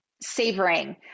savoring